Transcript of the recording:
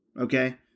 okay